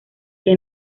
que